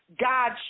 God